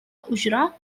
أجرة